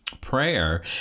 Prayer